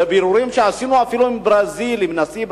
בבירורים שעשינו, אפילו לגבי נשיא ברזיל,